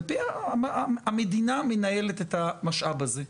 המדינה מנהלת את המשאב הזה.